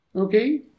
Okay